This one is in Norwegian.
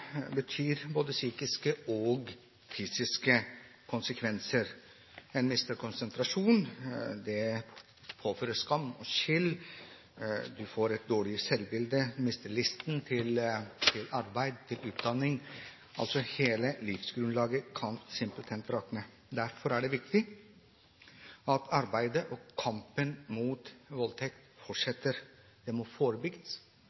både psykiske og fysiske konsekvenser. Man mister konsentrasjonen, man påføres skam og skyld, man får et dårlig selvbilde og mister lysten til arbeid og utdanning. Altså: Hele livsgrunnlaget kan simpelthen rakne. Derfor er det viktig at arbeidet og kampen mot